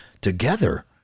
together